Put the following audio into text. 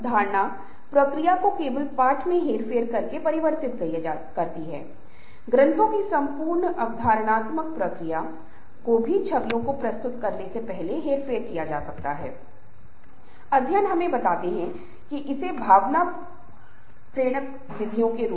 आम सहमति लोग एक दूसरे से सहमत हैं ठीक है हमारे पास बहुत संघर्षकनफ्लिक्ट conflict है अब आइए हम कुछ समाधान निकालने की कोशिश करते हैं जो सबसे अच्छा होगा उसे एमेर्जेंस कहा जाता है और अंत में रएंफोर्रसमेंट आता है